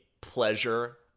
pleasure